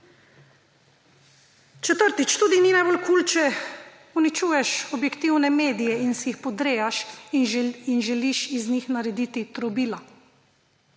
Četrtič. Tudi ni najbolj kul, če uničuješ objektivne medije in si jih podrejaš in želiš iz njih narediti trobila.